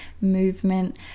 movement